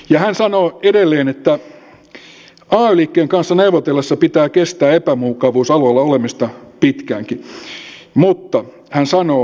hän sanoo edelleen että ay liikkeen kanssa neuvotellessa pitää kestää epämukavuusalueella olemista pitkäänkin mutta hän sanoo